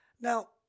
Now